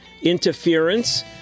interference